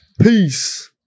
Peace